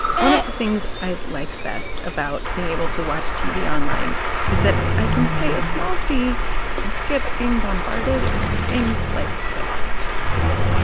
one of the things i like best about being able to watch tv online is that i can pay a small fee and skip being bombarded by things like this i can help,